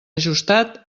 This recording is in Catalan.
ajustat